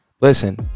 Listen